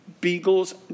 beagles